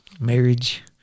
marriage